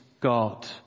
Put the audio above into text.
God